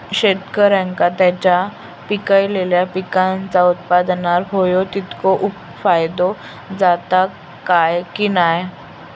शेतकऱ्यांका त्यांचा पिकयलेल्या पीकांच्या उत्पन्नार होयो तितको फायदो जाता काय की नाय?